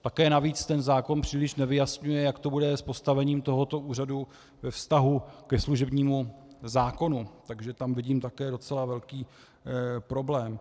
Také navíc ten zákon příliš nevyjasňuje, jak to bude s postavením tohoto úřadu ve vztahu ke služebnímu zákonu, takže tam vidím také docela velký problém.